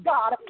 God